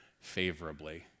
favorably